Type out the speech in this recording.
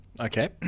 Okay